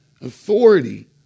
authority